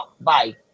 Bye